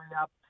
up